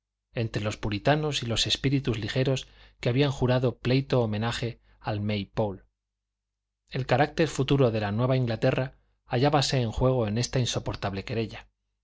entre los puritanos y los espíritus ligeros que habían jurado pleito homenaje al may pole el carácter futuro de la nueva inglaterra hallábase en juego en esta insoportable querella